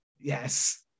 yes